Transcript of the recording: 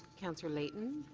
councillor layton,